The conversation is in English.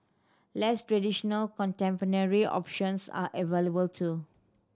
less traditional contemporary options are available too